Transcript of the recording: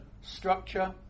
structure